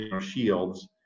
shields